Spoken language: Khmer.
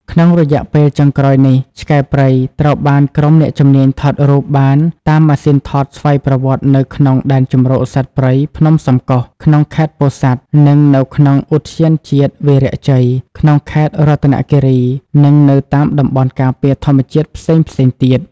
ក្នុងរយៈពេលចុងក្រោយនេះ ឆ្កែព្រៃត្រូវបានក្រុមអ្នកជំនាញថតរូបបានតាមម៉ាស៊ីថតស្វ័យប្រវត្តិនៅក្នុង ដែនជម្រកសត្វព្រៃភ្នំសំកុស ក្នុងខេត្តពោធិ៍សាត់ និងនៅក្នុងឧទ្យានជាតិវីរៈជ័យ ក្នុងខេត្តរតនគិរី និងនៅតាមតំបន់ការពារធម្មជាតិផ្សេងៗទៀត។